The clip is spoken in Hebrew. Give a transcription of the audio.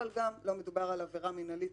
אבל גם לא מדובר על עבירה מינהלית,